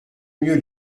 mieux